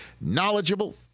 knowledgeable